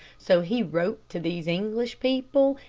so he wrote to these english people,